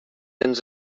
ens